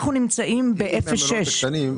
אנחנו נמצאים ב-0.6.